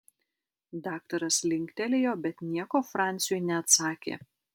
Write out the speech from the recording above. daktaras linktelėjo bet nieko franciui neatsakė